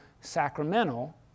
sacramental